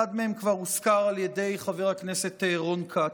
האחד מהם כבר הוזכר על ידי חבר הכנסת רון כץ.